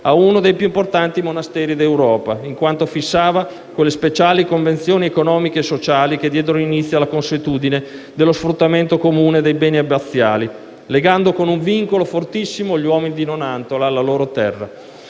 a uno dei più importanti monasteri d'Europa. Tale Carta fissava infatti quelle speciali convenzioni economiche e sociali che diedero inizio alla consuetudine dello sfruttamento comune dei beni abbaziali, legando con un vincolo fortissimo gli uomini di Nonantola alla loro terra.